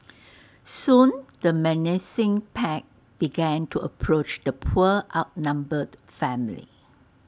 soon the menacing pack began to approach the poor outnumbered family